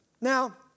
Now